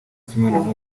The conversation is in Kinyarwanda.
cy’imibonano